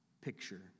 picture